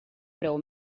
preu